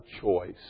choice